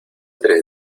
tres